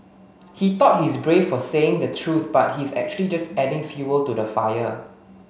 he thought he's brave for saying the truth but he's actually just adding fuel to the fire